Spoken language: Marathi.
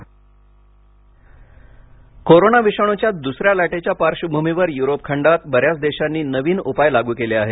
टाळेबंदी कोरोना विषाणूच्या दुसऱ्या लाटेच्या पार्श्वभूमीवर युरोप खंडात बऱ्याच देशांनी नवीन उपाय लागू केले आहेत